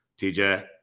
TJ